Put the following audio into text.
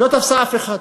לא תפסה אף אחד.